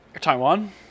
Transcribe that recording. taiwan